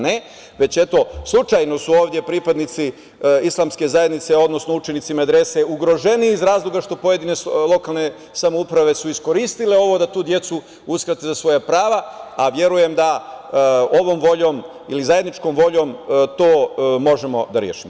Ne, već eto slučajno su ovde pripadnici islamske zajednice, odnosno učenici Medrese ugroženiji iz razloga što pojedine lokalne samouprave su iskoristile ovo da tu decu uskrate za svoja prava, a verujem da ovom voljom ili zajedničkom voljom to možemo da rešimo.